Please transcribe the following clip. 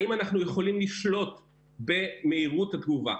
האם אנחנו יכולים לשלוט במהירות התגובה.